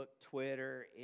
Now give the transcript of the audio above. Twitter